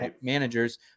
managers